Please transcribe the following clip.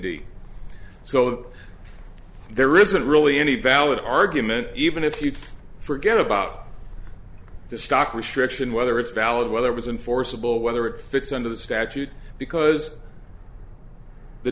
indy so there isn't really any valid argument even if people forget about the stock restriction whether it's valid whether was and forcible whether it fits under the statute because the